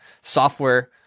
software